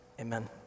amen